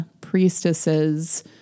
priestesses